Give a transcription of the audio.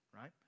right